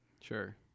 Sure